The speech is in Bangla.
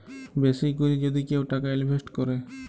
বেশি ক্যরে যদি কেউ টাকা ইলভেস্ট ক্যরে